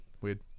weird